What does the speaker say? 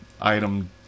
item